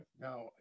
Now